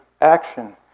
action